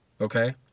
okay